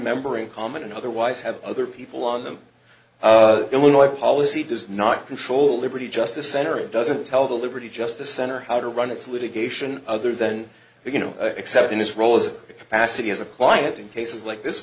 member in common and otherwise have other people on them illinois policy does not control liberty justice center it doesn't tell the liberty justice center how to run its litigation other than you know except in its role as passing as a client in cases like this